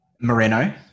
Moreno